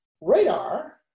radar